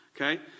Okay